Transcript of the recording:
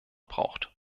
braucht